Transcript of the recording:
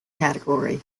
category